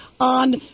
on